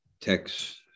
text